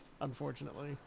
unfortunately